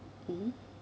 mmhmm